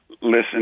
listen